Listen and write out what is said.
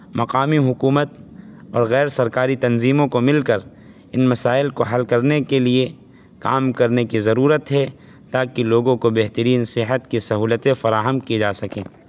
مقامی حکومت اور غیر سرکاری تنظیموں کو مل کر ان مسائل کو حل کرنے کے لیے کام کرنے کی ضرورت ہے تاکہ لوگوں کو بہترین صحت کی سہولتیں فراہم کی جا سکیں